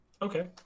Okay